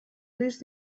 risc